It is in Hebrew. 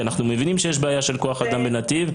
כי אנחנו מבינים שיש בעיה של כוח אדם בנתיב,